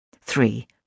Three